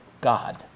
God